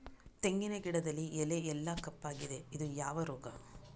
ತೆಂಗಿನ ಗಿಡದಲ್ಲಿ ಎಲೆ ಎಲ್ಲಾ ಕಪ್ಪಾಗಿದೆ ಇದು ಯಾವ ರೋಗ?